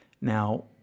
Now